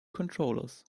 controllers